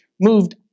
moved